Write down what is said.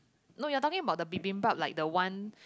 no you're talking about the bibimbap like the one